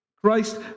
Christ